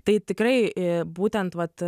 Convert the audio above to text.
tai tikrai būtent vat